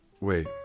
Wait